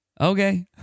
Okay